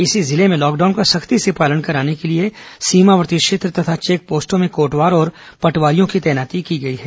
इसी जिले में लॉकडाउन का सख्ती से पालन कराने के लिए सीमावर्ती क्षेत्रों तथा चेकपोस्टों में कोटवार और पटवारियों की तैनाती की गई है